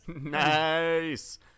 nice